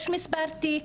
יש מספר תיק,